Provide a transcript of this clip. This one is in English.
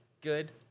Good